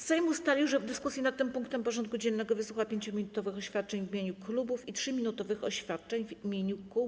Sejm ustalił, że w dyskusji nad tym punktem porządku dziennego wysłucha 5-minutowych oświadczeń w imieniu klubów i 3-minutowych oświadczeń w imieniu kół.